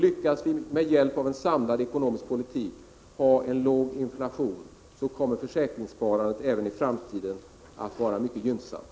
Lyckas vi med hjälp av en samlad ekonomisk politik ha en låg inflation, så kommer försäkringssparandet även i framtiden att vara mycket gynnsamt.